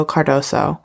Cardoso